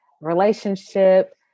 relationship